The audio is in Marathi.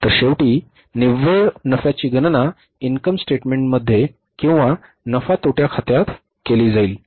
तर शेवटी निव्वळ नफ्याची गणना इन्कम स्टेटमेंटमध्ये किंवा नफा तोटा खात्यात केली जाईल